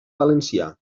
valencià